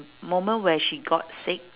moment where she got sick